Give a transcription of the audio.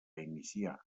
iniciar